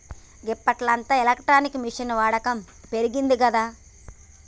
గిప్పట్ల అంతా ఎలక్ట్రానిక్ మిషిన్ల వాడకం పెరిగిందిగదా